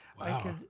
Wow